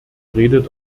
redet